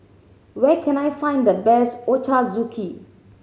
where can I find the best Ochazuke